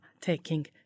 taking